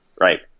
Right